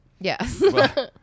Yes